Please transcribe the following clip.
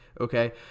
okay